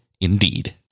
indeed